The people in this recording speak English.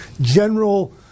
general